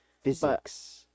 Physics